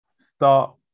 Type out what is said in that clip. Start